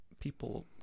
people